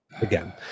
again